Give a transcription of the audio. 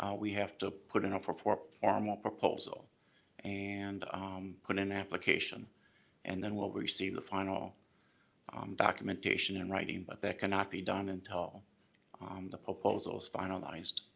um we have to put in a formal proposal and put in an application and then we'll receive the final documentation in writing. but that cannot be done until the proposal is finalized.